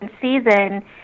season